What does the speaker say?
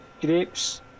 Grapes